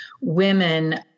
women